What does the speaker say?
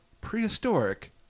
prehistoric